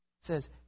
says